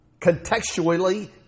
Contextually